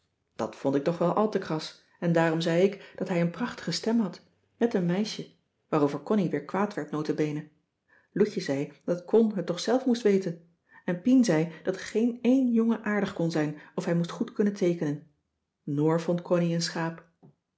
dat vond ik toch wel al te kras en daarom zei ik dat hij cissy van marxveldt de h b s tijd van joop ter heul een prachtige stem had net een meisje waarover connie weer kwaad werd nota bene loutje zei dat con het toch zelf moest weten en pien zei dat geen een jongen aardig kon zijn of hij moest goed kunnen teekenen noor vond connie een schaap